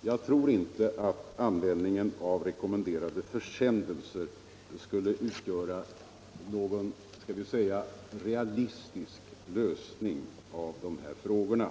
jag inte tror att användning av rekommenderade försändelser skulle utgöra någon realistisk lösning av de här frågorna.